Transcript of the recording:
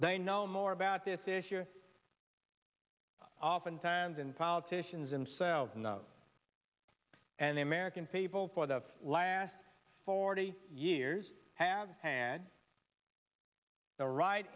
they know more about this issue oftentimes and politicians themselves know and the american people for the last forty years have had the right